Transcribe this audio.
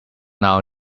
now